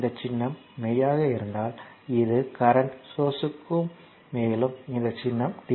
இந்த சின்னம் மெய்யாக இருந்தால் இது கரண்ட் சோர்ஸ்க்கும் மேலும் இந்த சின்னம் டி